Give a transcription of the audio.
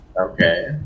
Okay